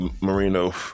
Marino